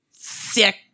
sick